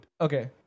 Okay